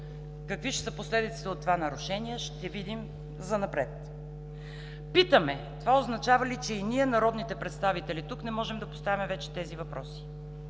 Какви ще са последиците от това нарушение, ще видим занапред. Питаме: това означава ли, че и ние, народните представители, тук не можем да поставяме вече тези въпроси,